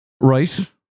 Right